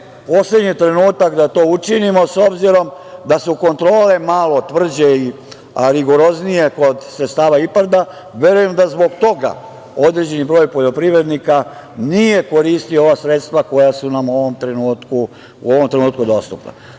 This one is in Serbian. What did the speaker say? poslednji trenutak da to učinimo, s obzirom da su kontrole malo tvrđe, a rigoroznije kod sredstava IPARD-a. Verujem da zbog toga određeni broj poljoprivrednika nije koristio ova sredstva koja su nam u ovom trenutku dostupna. Samo